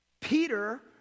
Peter